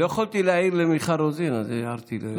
לא יכולתי להעיר למיכל רוזין, אז הערתי לסעדי.